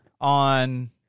on